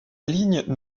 ligne